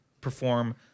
perform